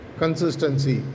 consistency